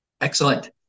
Excellent